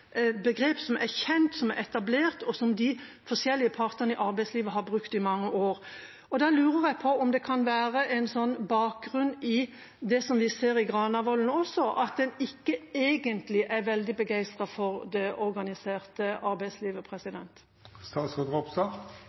kjent og etablert, og som de forskjellige partene i arbeidslivet har brukt i mange år? Jeg lurer på om det kan ha som bakgrunn det vi også har sett i Granavolden-plattformen – at en ikke egentlig er veldig begeistret for det organiserte arbeidslivet.